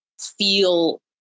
feel